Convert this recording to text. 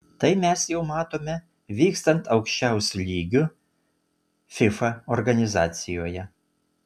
tai mes jau matome vykstant aukščiausiu lygiu fifa organizacijoje